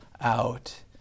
out